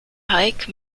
hike